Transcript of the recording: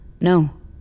No